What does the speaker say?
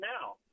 now